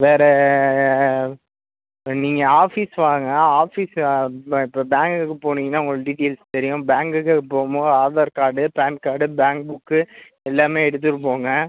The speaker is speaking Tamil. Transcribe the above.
வேறு நீங்கள் ஆஃபீஸ் வாங்க ஆஃபீஸு இப்போ இப்போ பேங்குக்கு போனீங்கன்னால் உங்களுக்கு டீட்டைல்ஸ் தெரியும் பேங்குக்கு போகும்போது Aadhaar card PAN card bank book எல்லாமே எடுத்துகிட்டுப் போங்க